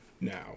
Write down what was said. now